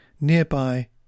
nearby